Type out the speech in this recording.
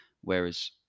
Whereas